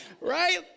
Right